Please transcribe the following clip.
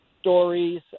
stories